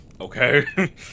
Okay